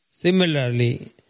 Similarly